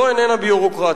זו איננה ביורוקרטיה,